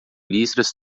listras